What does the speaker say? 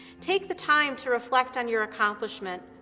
take the time to reflect on your accomplishment.